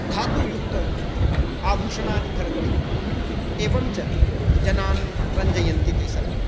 धातुयुक्तानि आभूषणानि धरन्ति एवञ्च जनान् रञ्जयन्ति ते सर्वे